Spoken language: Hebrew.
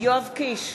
יואב קיש,